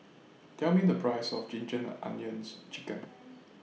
Tell Me The Price of Ginger Onions Chicken